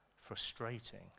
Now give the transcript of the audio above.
frustrating